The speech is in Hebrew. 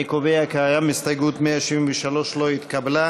אני קובע כי ההסתייגות 173 לא התקבלה.